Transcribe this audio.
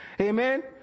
amen